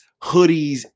hoodies